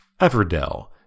Everdell